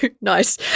nice